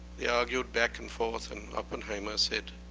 they argued back and forth. and oppenheimer said,